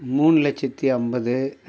மூணு லட்சத்தி ஐம்பது